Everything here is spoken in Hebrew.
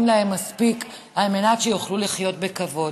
להם מספיק על מנת שיוכלו לחיות בכבוד.